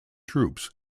troops